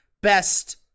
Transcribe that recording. best